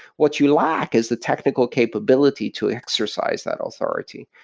what you lack is the technical capability to exercise that authority,